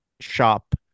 Shop